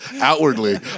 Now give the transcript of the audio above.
outwardly